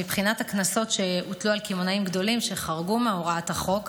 מבחינת הקנסות שהוטלו על קמעונאים גדולים שחרגו מהוראת החוק,